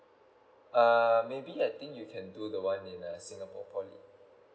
err maybe I think you can do the one in uh singapore poly